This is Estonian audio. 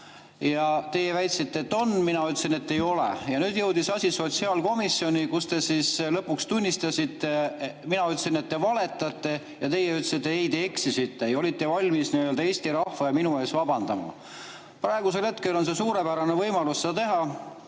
Teie väitsite, et on, mina ütlesin, et ei ole. Nüüd jõudis asi sotsiaalkomisjoni, kus te siis lõpuks tunnistasite [oma viga]. Mina ütlesin, et te valetate, ja teie ütlesite, et ei, te eksisite, ja olite valmis nii-öelda Eesti rahva ja minu ees vabandama. Praegusel hetkel on suurepärane võimalus seda teha.